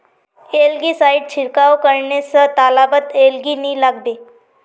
algae side छिड़काव करने स तालाबत एलगी नी लागबे